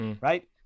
right